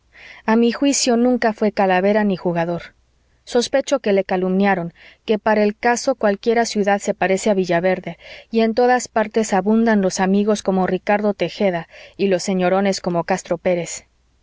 a mi juicio nunca fué calavera ni jugador sospecho que le calumniaron que para el caso cualquiera ciudad se parece a villaverde y en todas partes abunban los amigos como ricardo tejeda y los señorones como castro pérez